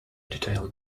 detailed